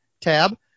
tab